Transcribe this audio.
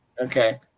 Okay